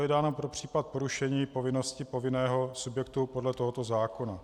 To je dáno pro případ porušení povinnosti povinného subjektu podle tohoto zákona.